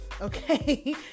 Okay